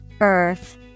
Earth